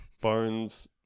bones